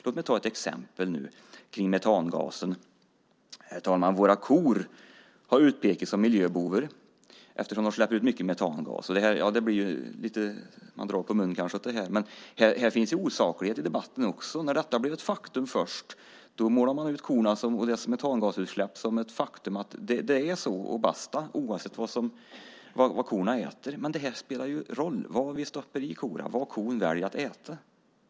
Låt mig ta ett exempel som gäller metangasen, herr talman. Våra kor har utpekats som miljöbovar eftersom de släpper ut mycket metangas. Man drar kanske på munnen åt det här, men här finns osaklighet i debatten också. När detta först blev ett faktum målade man ut korna och deras metangasutsläpp som ett faktum. Det är så, basta, oavsett vad korna äter. Men det spelar ju roll vad vi stoppar i korna, vad kon väljer att äta.